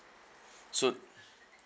so